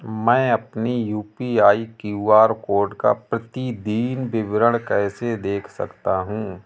मैं अपनी UPI QR code का प्रतीदीन विवरण कैसे देख सकता हूँ?